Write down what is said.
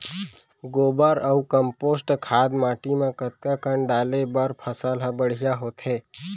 गोबर अऊ कम्पोस्ट खाद माटी म कतका कन डाले बर फसल ह बढ़िया होथे?